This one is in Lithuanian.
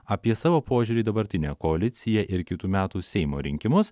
apie savo požiūrį į dabartinę koaliciją ir kitų metų seimo rinkimus